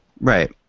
Right